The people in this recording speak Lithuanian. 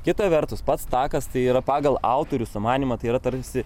kita vertus pats takas tai yra pagal autorių sumanymą tai yra tarsi